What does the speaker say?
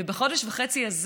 ובחודש וחצי הזה